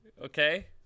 Okay